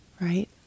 right